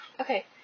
okay